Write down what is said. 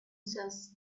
says